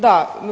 Da.